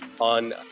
on